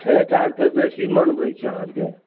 छठि आओर तऽ बेसी मनबै छिए अहाँ आओरके